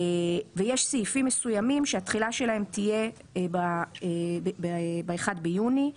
ויש סעיפים מסוימים שהתחילה שלהם תהיה ב-1 ביוני,